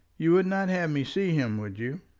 you would not have me see him, would you?